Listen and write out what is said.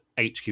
HQ